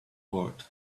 world